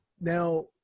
Now –